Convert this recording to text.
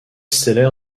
seller